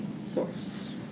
source